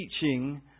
teaching